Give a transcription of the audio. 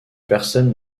personne